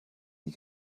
die